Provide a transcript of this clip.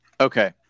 Okay